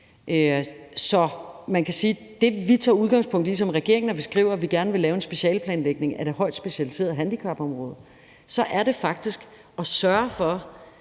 Så man kan sige, at det, som vi tager udgangspunkt i som regering, når vi skriver, at vi gerne vil lave en specialeplanlægning af det højtspecialiserede handicapområde, faktisk er at sørge for,